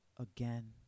again